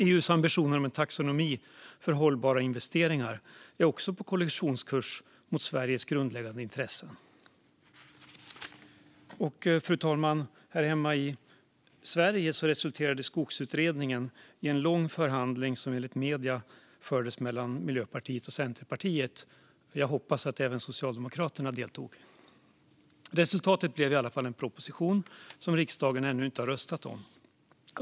EU:s ambitioner om en taxonomi för hållbara investeringar är också på kollisionskurs med Sveriges grundläggande intressen. Fru talman! Här hemma i Sverige resulterade Skogsutredningen i en lång förhandling som enligt medierna fördes mellan Miljöpartiet och Centerpartiet. Jag hoppas att även Socialdemokraterna deltog. Resultatet blev i alla fall en proposition som riksdagen ännu inte har röstat om.